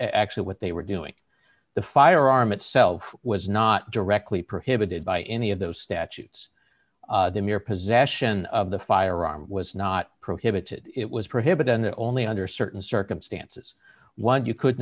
actually what they were doing the firearm itself was not directly prohibited by any of those statutes the mere possession of the firearm was not prohibited it was prohibited and only under certain circumstances one you could